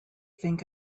think